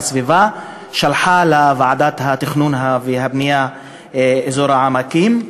הסביבה שלחה לוועדת התכנון והבנייה אזור העמקים,